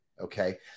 okay